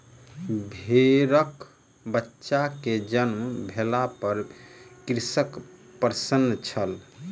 भेड़कबच्चा के जन्म भेला पर कृषक प्रसन्न छल